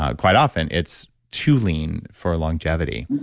ah quite often it's too lean for longevity.